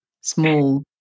Small